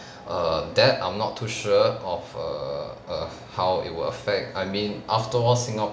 err that I'm not too sure of err err how it will affect I mean after all